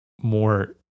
more